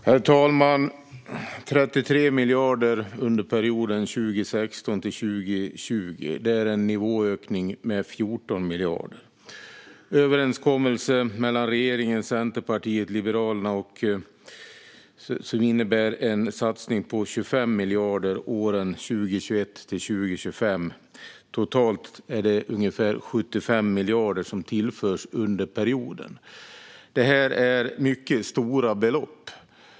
Herr talman! 33 miljarder under perioden 2016-2020 är en nivåökning med 14 miljarder. Överenskommelsen mellan regeringen, Centerpartiet och Liberalerna innebär en satsning på 25 miljarder åren 2021-2025. Totalt är det ungefär 75 miljarder som tillförs under perioden. Detta är mycket stora belopp.